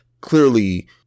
clearly